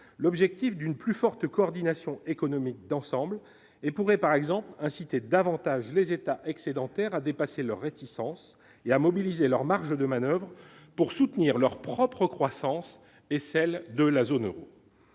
l'objectif d'une plus forte coordination économique d'ensemble et pourrait par exemple inciter davantage les États excédentaire à dépasser leurs réticences et à mobiliser leurs marges de manoeuvre pour soutenir leur propre croissance, et celle de la zone Euro,